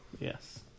Yes